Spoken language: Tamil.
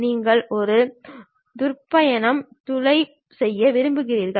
நீங்கள் ஒரு துரப்பணம் துளை செய்ய விரும்புகிறீர்கள்